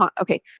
okay